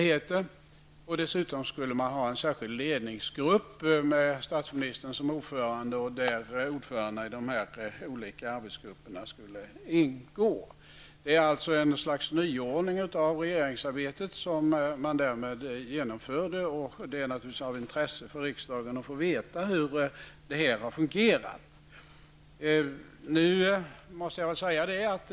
Därutöver skulle det finnas en särskild ledningsgrupp med statsministern som ordförande och där ordförandena för de olika arbetsgrupperna skulle ingå. Man genomförde alltså ett slags nyordning av regeringsarbetet, och det är naturligtvis av intresse för riksdagen att få veta hur denne nyordning har fungerat.